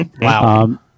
Wow